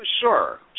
Sure